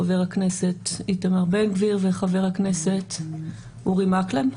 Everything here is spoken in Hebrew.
חה"כ איתמר בן גביר וחה"כ אורי מקלב.